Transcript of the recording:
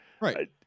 right